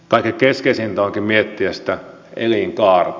kaiken keskeisintä onkin miettiä sitä elinkaarta